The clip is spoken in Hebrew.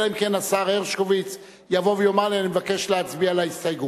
אלא אם כן השר הרשקוביץ יבוא ויאמר לי: אני מבקש להצביע על ההסתייגות,